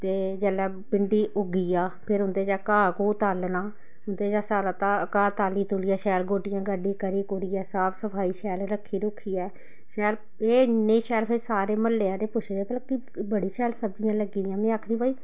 ते जेल्लै भिंडी उग्गी जाऽ फिर उं'दे चा घाऽ घूऽ तालना उं'दे चा सारा ताऽ घाऽ ताल्ली तूल्लियै शैल गोड्डियां गाड्डी करी कुरियै साफ सफाई शैल रक्खी रुक्खियै शैल एह् इन्ने शैल फिर सारे म्हल्ले आह्ले पुछदे भला बड़ी शैल सब्जियां लग्गी दियां में आखनीं भाई